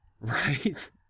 Right